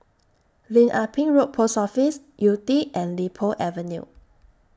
Lim Ah Pin Road Post Office Yew Tee and Li Po Avenue